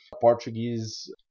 Portuguese